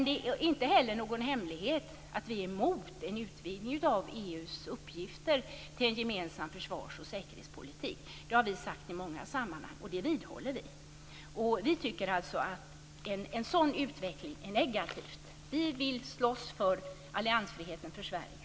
Det är inte någon hemlighet att vi är emot en utvidgning av EU:s uppgifter till en gemensam försvars och säkerhetspolitik. Det har vi sagt i många sammanhang, och vi vidhåller det. Vi tycker att en sådan här utveckling är negativ. Vi vill slåss för Sveriges alliansfrihet.